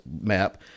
map